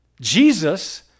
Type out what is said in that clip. Jesus